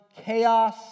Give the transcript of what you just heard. chaos